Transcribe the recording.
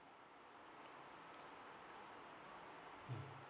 mm